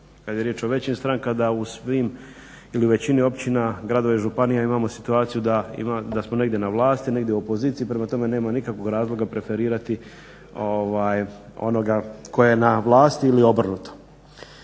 kad je riječ o većim strankama da u svim ili u većini općina, gradova i županija imamo situaciju da smo negdje na vlasti, negdje u opoziciji. Prema tome, nema nikakvog razloga preferirati onoga tko je na vlasti ili obrnuto.